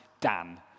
Dan